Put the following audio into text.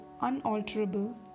unalterable